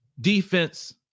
defense